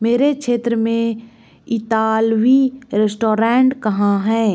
मेरे क्षेत्र में इतालवी रेस्टोरेंट कहाँ हैं